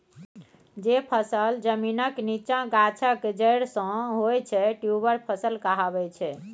जे फसल जमीनक नीच्चाँ गाछक जरि सँ होइ छै ट्युबर फसल कहाबै छै